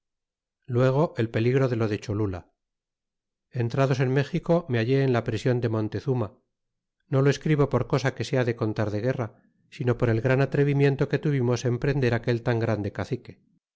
luego el peligro de lo de cholula entrados en méxico me hallé en la prision de montezuma no lo escribo por cosa que sea de contar de guerra sino por el gran atrevimiento que tuvimos en prender aquel tan grande cacique